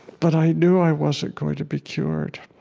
but i knew i wasn't going to be cured.